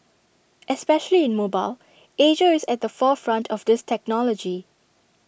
especially in mobile Asia is at the forefront of this technology